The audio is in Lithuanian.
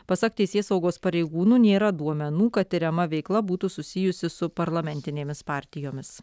pasak teisėsaugos pareigūnų nėra duomenų kad tiriama veikla būtų susijusi su parlamentinėmis partijomis